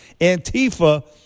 Antifa